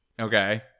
Okay